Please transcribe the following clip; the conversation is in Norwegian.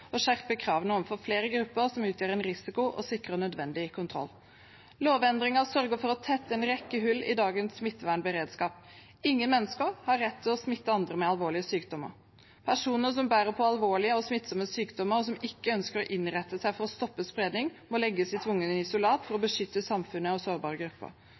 kravene overfor flere grupper som utgjør en risiko, og sikrer nødvendig kontroll. Lovendringen sørger for å tette en rekke hull i dagens smittevernberedskap. Ingen mennesker har rett til å smitte andre med alvorlige sykdommer. Personer som bærer på alvorlige og smittsomme sykdommer, og som ikke ønsker å innrette seg for å stoppe spredning, må legges i tvungent isolat for å beskytte samfunnet og sårbare grupper.